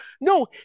No